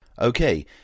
Okay